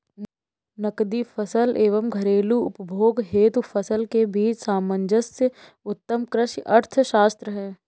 नकदी फसल एवं घरेलू उपभोग हेतु फसल के बीच सामंजस्य उत्तम कृषि अर्थशास्त्र है